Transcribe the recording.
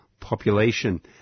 population